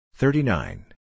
Thirty-nine